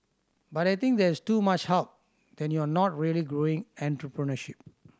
but I think there is too much help then you are not really growing entrepreneurship